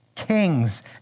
Kings